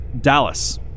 Dallas